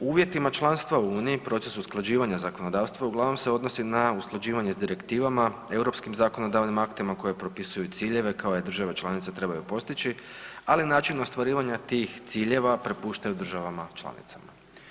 U uvjetima članstava u uniji proces usklađivanja zakonodavstva uglavnom se odnosi na usklađivanje s direktivama europskim zakonodavnim aktima koje propisuju ciljeve koje države članice trebaju postići, ali način ostvarivanja tih ciljeva prepuštaju državama članicama.